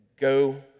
go